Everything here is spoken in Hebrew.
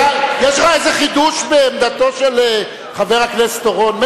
יש לך איזה חידוש בעמדתו של חבר הכנסת אורון?